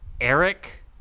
Eric